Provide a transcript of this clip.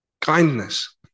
Kindness